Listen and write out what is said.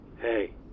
Hey